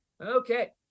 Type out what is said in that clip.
Okay